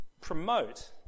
promote